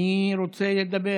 מי רוצה לדבר?